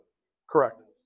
Correct